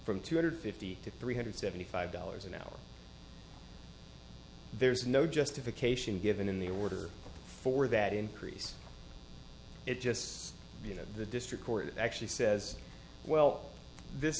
from two hundred fifty to three hundred seventy five dollars an hour there's no justification given in the order for that increase it just so you know the district court actually says well this